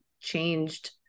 changed